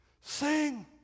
Sing